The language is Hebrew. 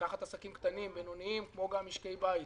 לקחת עסקים קטנים ובינוניים, כמו גם משקי בית,